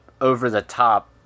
over-the-top